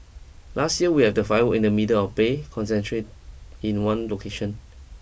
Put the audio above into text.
last year we had the firework in the middle of the Bay concentrate in one location